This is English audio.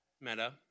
Meta